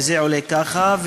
וזה עולה ככה,